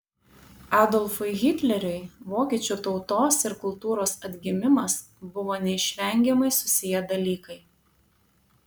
adolfui hitleriui vokiečių tautos ir kultūros atgimimas buvo neišvengiamai susiję dalykai